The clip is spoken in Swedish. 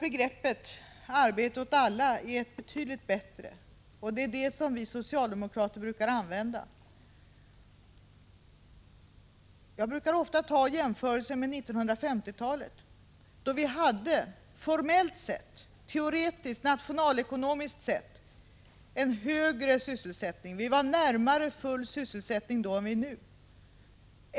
Begreppet arbete åt alla är betydligt bättre, och det är det som vi socialdemokrater brukar använda. Jag gör ofta jämförelser med 1950-talet, då vi hade en formellt, teoretiskt och nationalekonomiskt sett högre sysselsättning. Vi var närmare full sysselsättning då än nu.